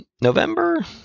November